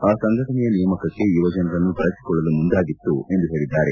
ಆ ಸಂಘಟನೆಯ ನೇಮಕಕ್ಕೆ ಯುವಜನರನ್ನು ಬಳಸಿಕೊಳ್ಳಲು ಮುಂದಾಗಿದ್ದರು ಎಂದು ಹೇಳಿದ್ದಾರೆ